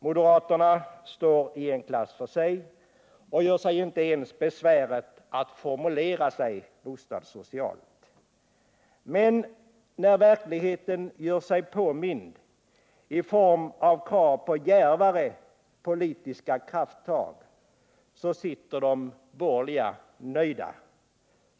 Moderaterna står i en klass för sig och gör sig inte ens besväret att formulera sig bostadssocialt. Men när verkligheten gör sig påmind i form av krav på djärvare politiska krafttag, då sitter de borgerliga nöjda.